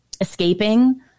escaping